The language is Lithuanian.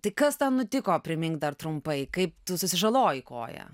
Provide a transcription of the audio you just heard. tai kas tau nutiko primink dar trumpai kaip tu susižalojai koją